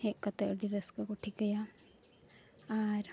ᱦᱮᱡ ᱠᱟᱛᱮᱫ ᱟᱹᱰᱤ ᱨᱟᱹᱥᱠᱟᱹ ᱠᱚ ᱴᱷᱤᱠᱟᱹᱭᱟ ᱟᱨ